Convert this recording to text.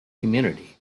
community